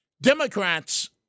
Democrats